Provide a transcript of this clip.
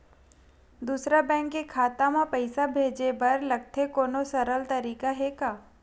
दूसरा बैंक के खाता मा पईसा भेजे बर का लगथे कोनो सरल तरीका हे का?